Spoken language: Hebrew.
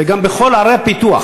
וגם בכל ערי הפיתוח.